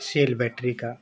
cell battery का